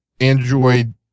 android